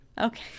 Okay